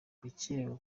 gukererwa